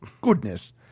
Goodness